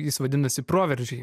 jis vadinasi proveržiai